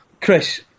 Chris